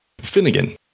Finnegan